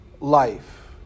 life